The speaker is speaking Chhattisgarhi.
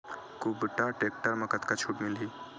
कुबटा टेक्टर म कतका छूट मिलही?